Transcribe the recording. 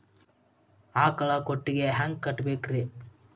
ಆಕಳ ಕೊಟ್ಟಿಗಿ ಹ್ಯಾಂಗ್ ಕಟ್ಟಬೇಕ್ರಿ?